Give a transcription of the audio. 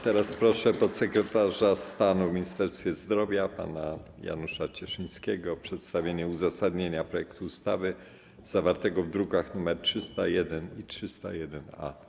Teraz proszę podsekretarza stanu w Ministerstwie Zdrowia pana Janusza Cieszyńskiego o przedstawienie uzasadnienia projektu ustawy zawartego w drukach nr 301 i 301-A.